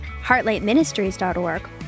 HeartlightMinistries.org